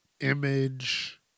Image